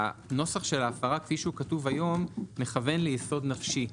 הנוסח של ההפרה כפי שהוא כתוב היום מכוון ליסוד נפשי,